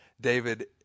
David